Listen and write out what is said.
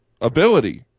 ability